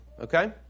Okay